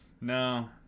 No